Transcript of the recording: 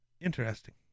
Interesting